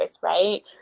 Right